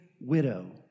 widow